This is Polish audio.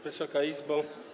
Wysoka Izbo!